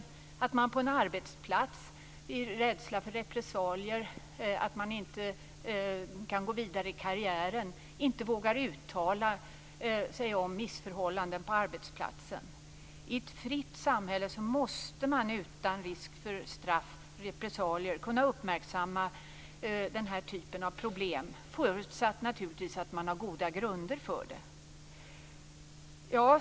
Det kan vara att man på en arbetsplats av rädsla för repressalier, att man inte kan gå vidare i karriären, inte vågar uttala sig om missförhållanden. I ett fritt samhälle måste man utan risk för repressalier kunna uppmärksamma den här typen av problem, förutsatt naturligtvis att man har goda grunder för det.